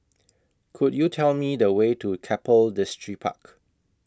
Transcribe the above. Could YOU Tell Me The Way to Keppel Distripark